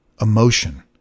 emotion